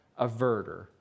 averter